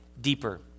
deeper